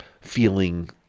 feeling